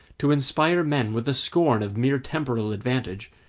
to inspire men with a scorn of mere temporal advantage,